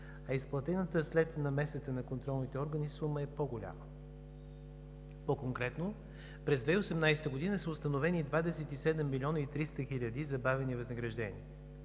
а изплатената след намесата на контролните органи сума, е по-голяма. През 2018 г. са установени 27 милиона 300 хиляди забавени възнаграждения.